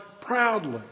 proudly